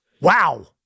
wow